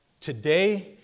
today